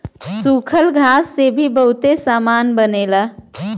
सूखल घास से भी बहुते सामान बनेला